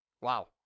Wow